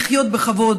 לחיות בכבוד,